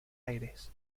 aires